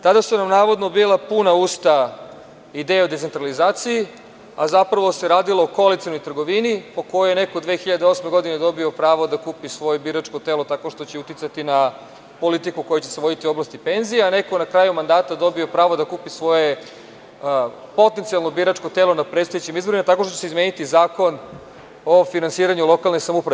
Tada su nam navodno bila puna usta ideja o decentralizaciji, a zapravo se radilo o koalicionoj trgovini po kojoj je neko 2008. godine dobio pravo da kupi svoje biračko telo, tako što će uticati na politiku koja će se voditi u oblasti penzija, a neko na kraju mandata dobije pravo da kupi svoje potencijalno biračko telo na predstojećim izborima, tako što će izmeniti Zakon o finansiranju lokalnih samouprava.